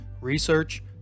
research